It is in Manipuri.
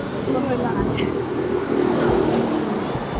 ꯍꯣꯏ ꯍꯣꯏ ꯂꯥꯛꯑꯒꯦ ꯎꯝ